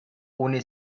ohne